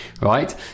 right